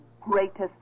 greatest